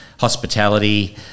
hospitality